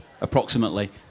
approximately